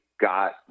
got